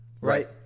Right